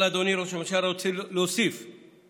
אבל, אדוני ראש הממשלה, אני רוצה להוסיף לבקשתי.